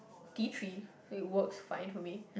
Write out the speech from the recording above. tea tree and it works fine for me